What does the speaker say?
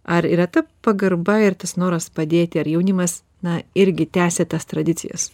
ar yra ta pagarba ir tas noras padėti ar jaunimas na irgi tęsia tas tradicijas